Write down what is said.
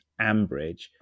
Ambridge